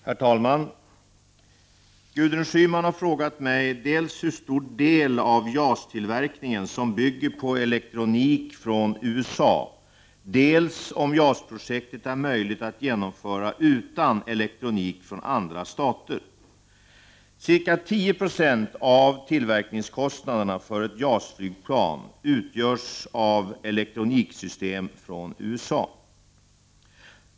Herr talman! Gudrun Schyman har frågat mig dels hur stor del av JAS tillverkningen som bygger på elektronik från USA, dels om JAS-projektet är möjligt att genomföra utan elektronik från andra stater. Cirka 10 90 av tillverkningskostnaderna för ett JAS-flygplan utgörs av elektroniksystem från USA.